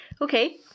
Okay